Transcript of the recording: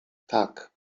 tak